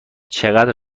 چقدر